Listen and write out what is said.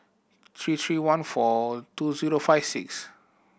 three three one four two zero five six